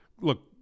look